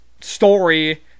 story-